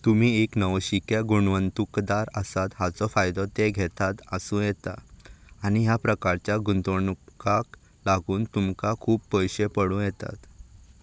तुमी एक नवशिक्या गुणवंतूकदार आसात हाचो फायदो ते घेतात आसूं येता आनी ह्या प्रकारच्या गुंतवणुकाक लागून तुमकां खूब पयशे पडूं येतात